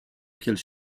qu’elles